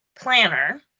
planner